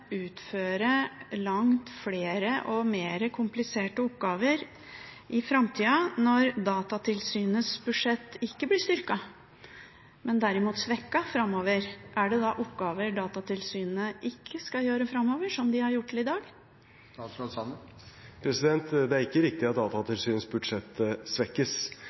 utføre langt flere og mer kompliserte oppgaver i framtida, når Datatilsynets budsjett ikke blir styrket, men derimot svekket framover? Er det da oppgaver Datatilsynet ikke skal gjøre framover, som de har gjort til i dag? Det er ikke riktig at Datatilsynets budsjett svekkes.